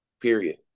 Period